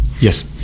Yes